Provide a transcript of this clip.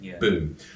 boom